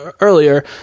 earlier